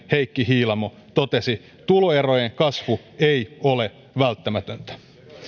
heikki hiilamo totesi tuloerojen kasvu ei ole välttämätöntä